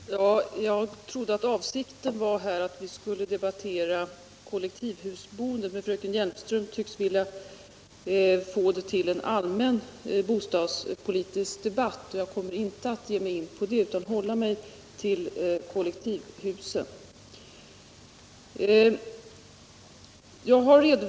Herr talman! Jag trodde att avsikten här var att vi skulle debattera kollektivhusboendet. Men fröken Hjelmström tycks vilja få det till en allmän bostadspolitisk debatt. Jag kommer inte att ge mig in på en sådan utan skall hålla mig till kollektivhusen.